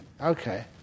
Okay